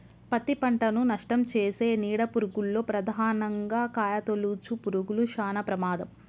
పత్తి పంటను నష్టంచేసే నీడ పురుగుల్లో ప్రధానంగా కాయతొలుచు పురుగులు శానా ప్రమాదం